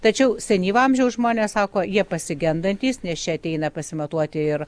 tačiau senyvo amžiaus žmonės sako jie pasigendantys nes čia ateina pasimatuoti ir